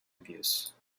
abuse